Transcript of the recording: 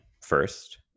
first